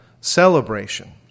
celebration